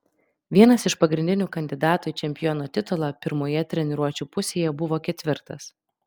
vienas iš pagrindinių kandidatų į čempiono titulą pirmoje treniruočių pusėje buvo ketvirtas